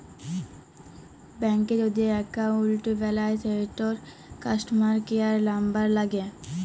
ব্যাংকে যদি এক্কাউল্ট বেলায় সেটর কাস্টমার কেয়ার লামবার ল্যাগে